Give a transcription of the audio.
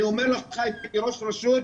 אני אומר לך את זה כראש רשות,